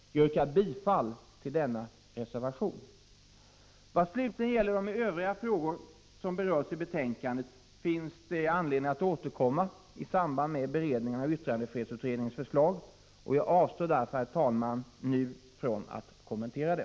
Jag yrkar bifall till reservation nr 1. Vad slutligen gäller de övriga frågor som berörs i betänkandet finns det anledning att återkomma i samband med beredningen av yttrandefrihetsutredningens förslag, och jag avstår därför, herr talman, från att nu kommentera dem.